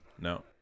No